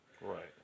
Right